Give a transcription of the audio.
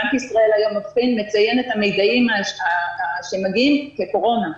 בנק ישראל היום מציין את המידעים שמגיעים כקורונה.